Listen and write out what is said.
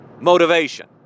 motivation